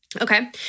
Okay